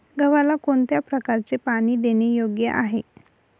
गव्हाला कोणत्या प्रकारे पाणी देणे योग्य आहे?